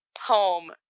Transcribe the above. home